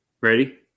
Ready